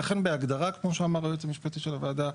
בהגדרה, כמו שאמר היועץ המשפטי של הוועדה,